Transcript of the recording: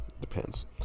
depends